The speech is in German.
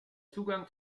zugang